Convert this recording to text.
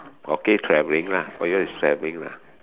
okay travelling lah for you is travelling lah